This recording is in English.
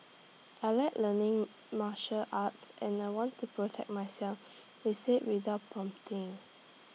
I Like learning martial arts and I want to protect myself he said without prompting